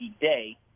day